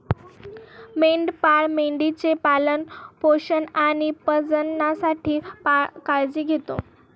मेंढपाळ मेंढी चे पालन पोषण आणि प्रजननासाठी काळजी घेतो